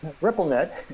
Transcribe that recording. RippleNet